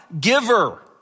giver